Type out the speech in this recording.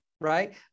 right